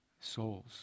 souls